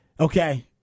Okay